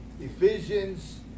Ephesians